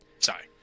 sorry